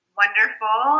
wonderful